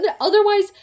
Otherwise